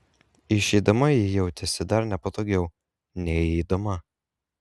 išeidama ji jautėsi dar nepatogiau nei įeidama